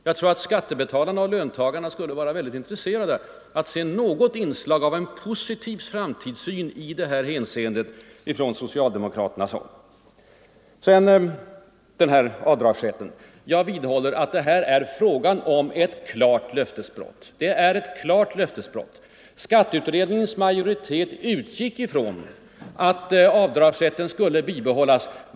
Jag tror att skattebetalarna och löntagarna skulle vara mycket intresserade av att få del av en positiv framtidssyn i det här hänseendet från socialdemokraternas håll. Beträffande sedan avdragsrätten för sjukförsäkringsavgiften vidhåller jag att det är fråga om ett klart löftesbrott. Skatteutredningens majoritet utgick från att avdragsrätten skulle bibehållas.